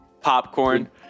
popcorn